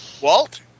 Walt